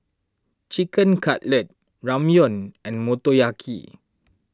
Chicken Cutlet Ramyeon and Motoyaki